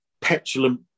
petulant